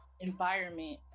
environment